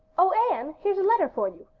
oh, anne, here's a letter for you.